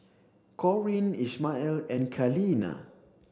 Corinne Ishmael and Kaleena